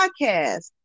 podcast